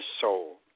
soul